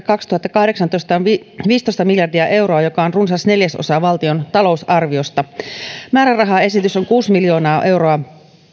kaksituhattakahdeksantoista on viisitoista miljardia euroa joka on runsas neljäsosa valtion talousarviosta määrärahaesitys on kuusi miljoonaa euroa